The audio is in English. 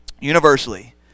universally